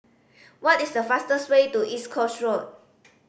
what is the fastest way to East Coast Road